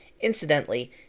Incidentally